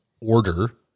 order